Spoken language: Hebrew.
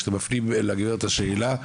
כשאתם מפנים אל הגברת את השאלה,